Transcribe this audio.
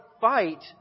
fight